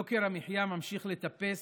יוקר המחיה ממשיך לטפס,